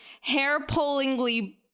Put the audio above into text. hair-pullingly